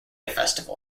festival